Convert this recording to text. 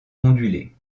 ondulée